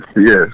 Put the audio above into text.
yes